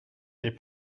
n’est